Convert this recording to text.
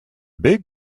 big